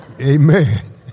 amen